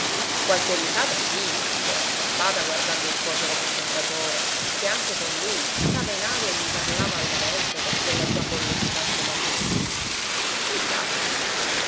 qualche risata sì gli era scappata guardando il suocero commendatore che anche con lui stava in aria e gli parlava alle volte con quella sua collosità pomatosa ma poi basta